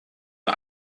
nur